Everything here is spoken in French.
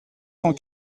cent